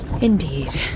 Indeed